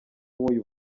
nk’uyu